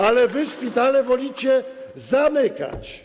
Ale wy szpitale wolicie zamykać.